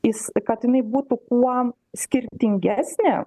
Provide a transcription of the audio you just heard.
jis kad jinai būtų kuo skirtingesnė